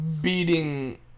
beating